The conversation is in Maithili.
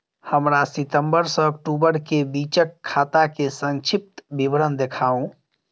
हमरा सितम्बर सँ अक्टूबर केँ बीचक खाता केँ संक्षिप्त विवरण देखाऊ?